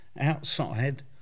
outside